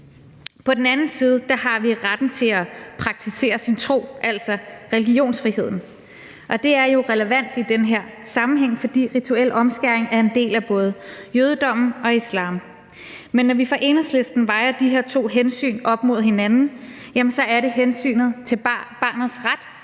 På den anden side har vi retten til at praktisere sin tro, altså religionsfriheden. Det er jo relevant i den her sammenhæng, fordi rituel omskæring er en del af både jødedommen og islam. Men når vi i Enhedslisten vejer de her to hensyn op imod hinanden, er det hensynet til barnets ret